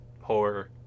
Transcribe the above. horror